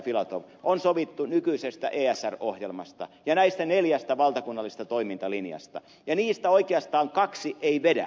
filatov on sovittu nykyisestä esr ohjelmasta ja näistä neljästä valtakunnallisesta toimintalinjasta ja niistä oikeastaan kaksi ei vedä